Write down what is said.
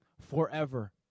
forever